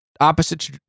opposite